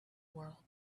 world